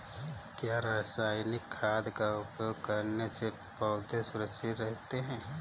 क्या रसायनिक खाद का उपयोग करने से पौधे सुरक्षित रहते हैं?